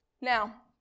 now